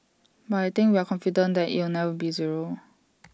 but I think we are confident that it'll never be zero